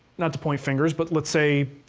not to point fingers, but, let's say,